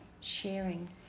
sharing